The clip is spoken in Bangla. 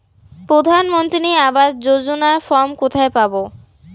প্রধান মন্ত্রী আবাস যোজনার ফর্ম কোথায় পাব?